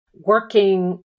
working